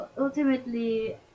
ultimately